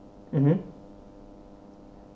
mmhmm